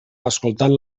escoltant